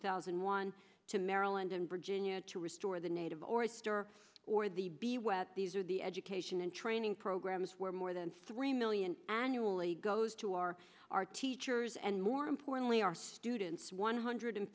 thousand and one to maryland and virginia to restore the native or store or the be wet these are the education and training programs where more than three million annually goes to our our teachers and more i'm only our students one hundred